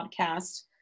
podcast